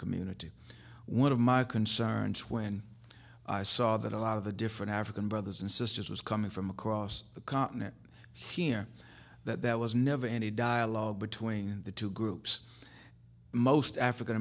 community one of my concerns when i saw that a lot of the different african brothers and sisters was coming from across the continent here that there was never any dialogue between the two groups most african